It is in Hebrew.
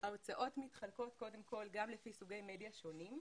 ההוצאות מתחלקות גם לפי סוגי מדיה שונים,